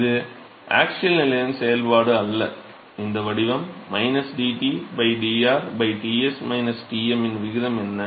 இது ஆக்ஸியல் நிலையின் செயல்பாடு அல்ல இந்த வடிவம் dT dr Ts Tm யின் விகிதம் என்ன